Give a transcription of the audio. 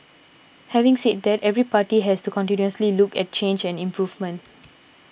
having said that every party has to continuously look at change and improvement